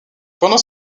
pendant